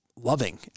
Loving